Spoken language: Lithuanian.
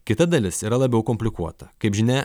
kita dalis yra labiau komplikuota kaip žinia